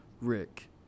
Rick